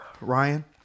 Ryan